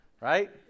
right